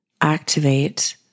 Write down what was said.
activate